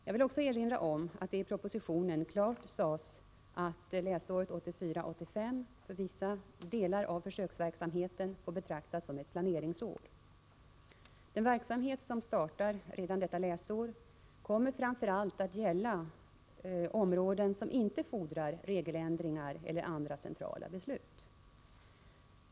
Jag vill också erinra om att det i propositionen klart sades att läsåret 1984/85 för vissa delar av försöksverksamheten får betraktas som ett planeringsår. Den verksamhet som startar redan detta läsår kommer framför allt att gälla områden som inte fordrar regeländringar eller andra centrala beslut.